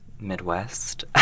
Midwest